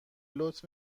لطف